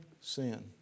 sin